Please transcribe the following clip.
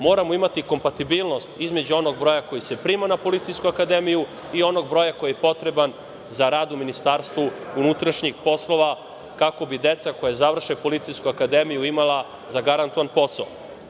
Moramo imati kompatibilnost između onog broja koji se prima na Policijsku akademiju i onog broja koji je potreban za rad u MUP, kako bi deca koja završe Policijsku akademiju imala zagarantovan posao.